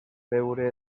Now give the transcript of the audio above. veure